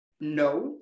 No